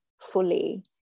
fully